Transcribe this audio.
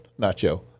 Nacho